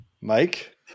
Mike